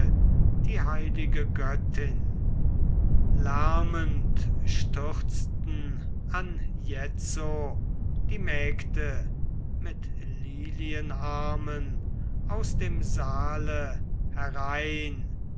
die heilige göttin lärmend stürzten anjetzo die mägde mit lilienarmen aus dem saale herein